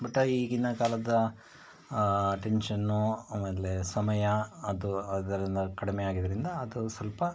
but ಈಗಿನ ಕಾಲದ ಟೆನ್ಶನ್ನು ಆಮೇಲೆ ಸಮಯ ಅದು ಅದರಿಂದ ಕಡಿಮೆ ಆಗಿದ್ದರಿಂದ ಅದು ಸ್ವಲ್ಪ